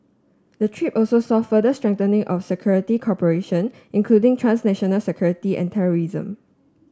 the trip also saw further strengthening of security cooperation including transnational security and terrorism